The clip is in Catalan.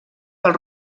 pel